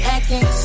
Acting